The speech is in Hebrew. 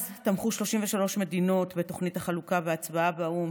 אז תמכו 33 מדינות בתוכנית החלוקה בהצבעה באו"ם,